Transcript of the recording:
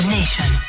Nation